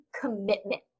commitment